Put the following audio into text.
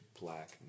black